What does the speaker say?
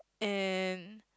and